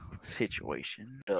situation